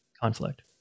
conflict